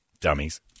Dummies